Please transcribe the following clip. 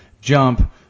jump